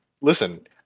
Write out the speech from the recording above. listen